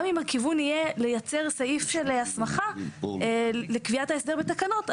גם אם הכיוון יהיה לייצר סעיף של הסכמה לקביעת ההסדר בתקנות,